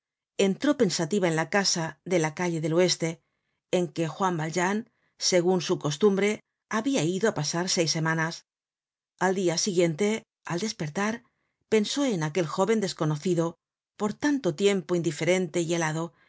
entró pensativa en la casa de la calle del oeste en que juan valjean segun su costumbre habia ido pjarseis semanas al dia siguiente al despertar pensó en aquel jóven desconocido por tanto tiempo indiferente y helado